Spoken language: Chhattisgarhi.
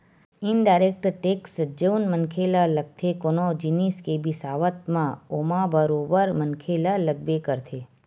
इनडायरेक्ट टेक्स जउन मनखे ल लगथे कोनो जिनिस के बिसावत म ओमा बरोबर मनखे ल लगबे करथे